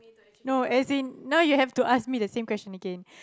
no as in now you have to ask me the same question again